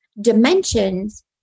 dimensions